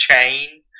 chain